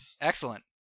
Excellent